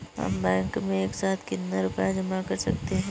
हम बैंक में एक साथ कितना रुपया जमा कर सकते हैं?